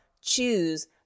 choose